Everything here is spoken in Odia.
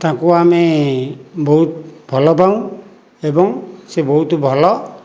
ତାଙ୍କୁ ଆମେ ବହୁତ ଭଲପାଉ ଏବଂ ସେ ବହୁତ ଭଲ